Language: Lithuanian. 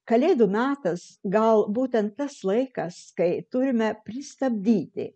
kalėdų metas gal būtent tas laikas kai turime pristabdyti